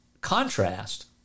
contrast